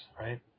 right